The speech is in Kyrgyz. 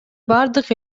баардык